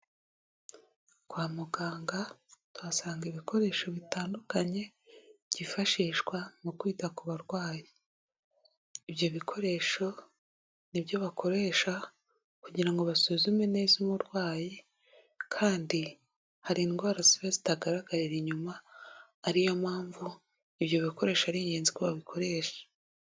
Kwa muganga tuhasanga ibikoresho bitandukanye byifashishwa mu kwita ku barwayi, ibyo bikoresho nibyo bakoresha kugira ngo basuzume neza umurwayi kandi hari indwara ziba zitagaragarira inyuma ariyo mpamvu ibyo bikoresho ari ingenzi ko babikoresha.